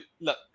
look